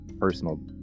personal